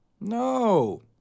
No